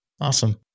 Awesome